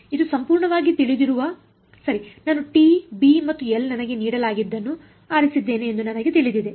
ಇದು ಸಂಪೂರ್ಣವಾಗಿ ತಿಳಿದಿರುವ ಸರಿ ನಾನು ಟಿ ಬಿ ಮತ್ತು ಎಲ್ ನನಗೆ ನೀಡಲಾಗಿದನ್ನು ಆರಿಸಿದ್ದೇನೆ ಎಂದು ನನಗೆ ತಿಳಿದಿದೆ